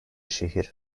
şehir